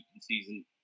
season